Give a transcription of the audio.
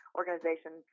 organization